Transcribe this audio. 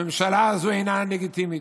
הממשלה הזו אינה לגיטימית.